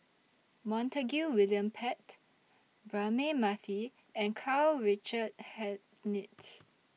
Montague William Pett Braema Mathi and Karl Richard Hanitsch